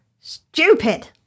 stupid